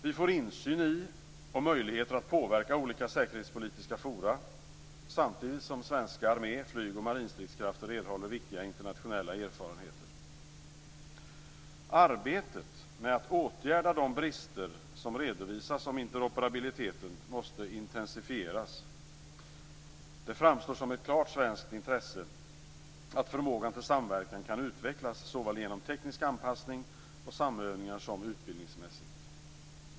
Vi får insyn i och möjligheter att påverka olika säkerhetspolitiska forum samtidigt som svenska armé-, flyg och marinstridskrafter erhåller viktiga internationella erfarenheter. Arbetet med att åtgärda de brister som redovisas om interoperabiliteten måste intensifieras. Det framstår som ett klart svenskt intresse att förmågan till samverkan kan utvecklas såväl genom teknisk anpassning och samövningar som utbildningsmässigt.